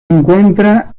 encuentra